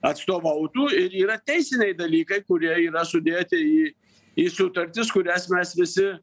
atstovautų ir yra teisiniai dalykai kurie yra sudėti į į sutartis kurias mes visi